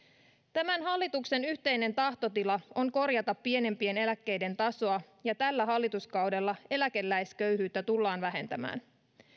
tämän hallituksen yhteinen tahtotila on korjata pienimpien eläkkeiden tasoa ja tällä hallituskaudella eläkeläisköyhyyttä tullaan vähentämään